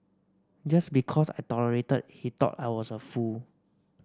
just because I tolerated he thought I was a fool